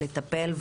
לטפל.